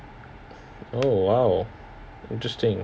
oh !wow! interesting